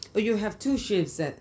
oh you have two shifts ah